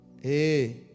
hey